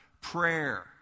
Prayer